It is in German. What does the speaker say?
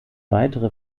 weitere